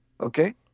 okay